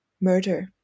murder